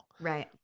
Right